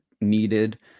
needed